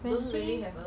few hundreds orh